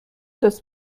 dass